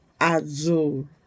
azul